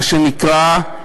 מה שנקרא,